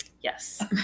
Yes